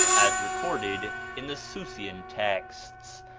as recorded in the susian texts,